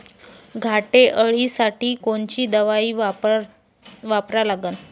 घाटे अळी साठी कोनची दवाई वापरा लागन?